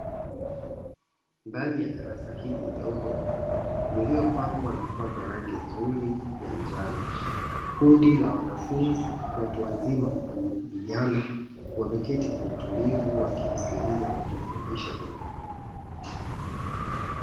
Ndani ya darasa hili dogo lililopambwa na kupakwa rangi nzuri ya njano, kundi la wanafunzi watu wazima kwa vijana wameketi kwa utulivu wakimsikiliza anachofundisha mwalimu.